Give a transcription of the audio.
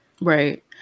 Right